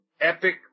epic